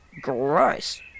Gross